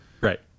Right